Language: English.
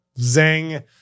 Zing